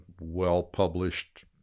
well-published